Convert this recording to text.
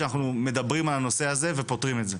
שאנחנו מדברים על הנושא הזה ופותרים את זה.